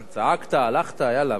צעקת, הלכת, יאללה, בוא.